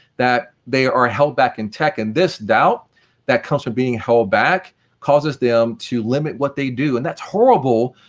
that they are held back in tech, and this doubt that comes from being held back causes them to limit what they do, and that's horrible,